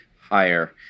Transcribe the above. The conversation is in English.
higher